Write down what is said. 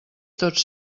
tots